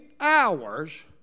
hours